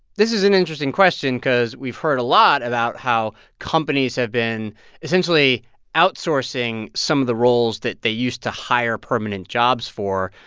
this is an interesting question because we've heard a lot about how companies have been essentially outsourcing some of the roles that they used to hire permanent jobs for.